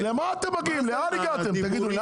לאן תגיעו?